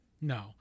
No